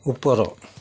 ଉପର